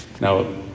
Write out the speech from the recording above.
Now